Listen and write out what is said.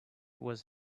was